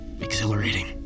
exhilarating